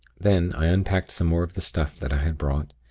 then, i unpacked some more of the stuff that i had brought,